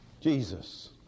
Jesus